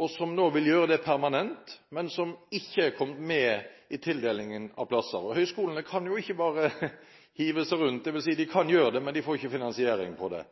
og som nå vil gjøre det permanent, men som ikke har kommet med i tildelingen av plasser. Høyskolene kan jo ikke bare hive seg rundt, dvs. de kan gjøre det, men de får ikke finansiering til det.